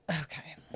okay